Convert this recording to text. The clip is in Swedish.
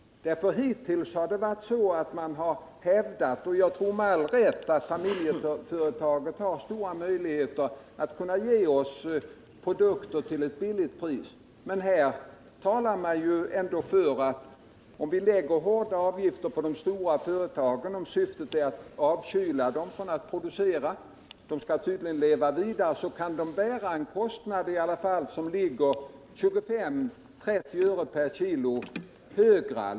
Hittills har det — jag tror med all rätt — hävdats att familjeföretagen har stora möjligheter att ge oss produkter till låga priser. Men här talar man ändå för att lägga hårda avgifter på de stora företagen. Syftet tycks vara att få dem att avstå från att producera så mycket. Man anser tydligen att de kan bära en kostnad som ligger 25 å 30 öre högre per kg.